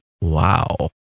Wow